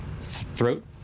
Throat